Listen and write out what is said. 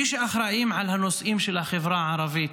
מי שאחראים על הנושאים של החברה הערבית,